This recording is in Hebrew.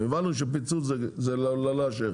הבנו שפיצול זה לא לאשר.